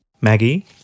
maggie